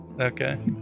Okay